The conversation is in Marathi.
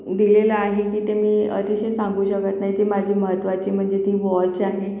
दिलेलं आहे की ते मी अतिशय सांगू शकत नाही ती माझी महत्त्वाची म्हणजे ती वॉच आहे